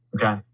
Okay